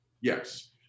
Yes